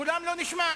קולם לא נשמע.